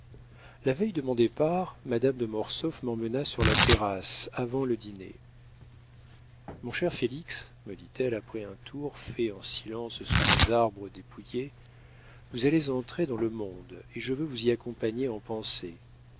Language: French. la veille de mon départ madame de mortsauf m'emmena sur la terrasse avant le dîner mon cher félix me dit-elle après un tour fait en silence sous les arbres dépouillés vous allez entrer dans le monde et je veux vous y accompagner en pensée